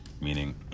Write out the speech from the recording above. meaning